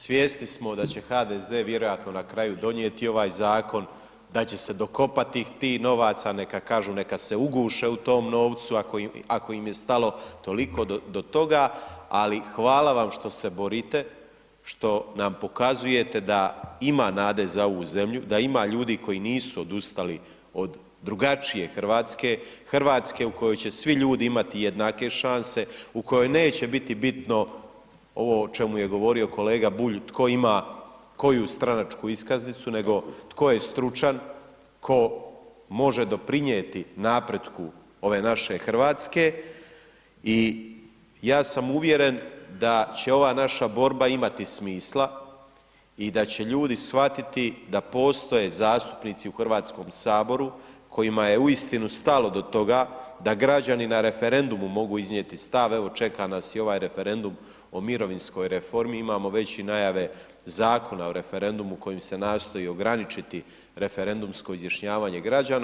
Svjesni smo da će HDZ vjerojatno na kraju donijeti ovaj zakon, da će se dokopati tih novaca, neka kažu, neka se uguše u tom novcu ako im je stalo toliko do toga, ali hvala vam što se borite, što nam pokazujete da ima nade za ovu zemlju, da ima ljudi koji nisu odustali od drugačije RH, RH u kojoj će svi ljudi imati jednake šanse, u kojoj neće biti bitno ovo o čemu je govorio kolega Bulj, tko ima koju stranačku iskaznicu, nego tko je stručan, ko može doprinijeti napretku ove naše RH i ja sam uvjeren da će ova naša borba imati smisla i da će ljudi shvatiti da postoje zastupnici u HS kojima je uistinu stalo do toga da građani na referendumu mogu iznijeti stavove, evo čeka nas i ovaj referendum o mirovinskoj reformi, imamo već i najave Zakona o referendumu kojim se nastoji ograničiti referendumsko izjašnjavanje građana.